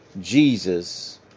Jesus